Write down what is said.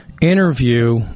interview